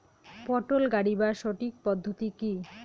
পটল গারিবার সঠিক পদ্ধতি কি?